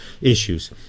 issues